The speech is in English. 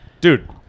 dude